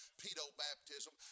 pedo-baptism